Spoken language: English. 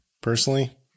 personally